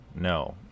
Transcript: no